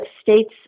states